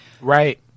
Right